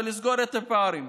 ולסגור יותר פערים.